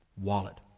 wallet